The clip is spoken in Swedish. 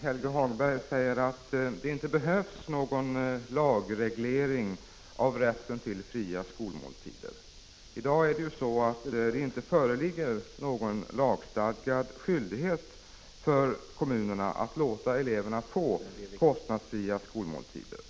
Helge Hagberg säger att det inte behövs någon lagreglering av rätten till fria skolmåltider. I dag föreligger det inte någon lagstadgad skyldighet för kommunerna att låta eleverna få kostnadsfria skolmåltider.